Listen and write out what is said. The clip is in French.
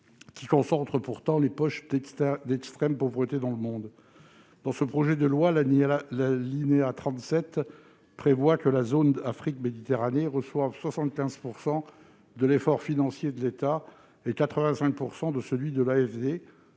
qui concentrent pourtant les poches d'extrême pauvreté dans le monde. L'alinéa 37 du rapport annexé au projet de loi prévoit que la zone Afrique et Méditerranée reçoive 75 % de l'effort financier de l'État et 85 % de celui de l'AFD,